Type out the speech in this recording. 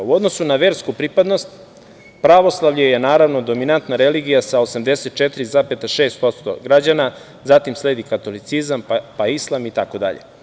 U odnosu na versku pripadnost, pravoslavlje je dominantna religija sa 84,6% građana, zatim sledi katolicizam, pa islam, itd.